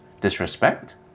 disrespect